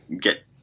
get